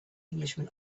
englishman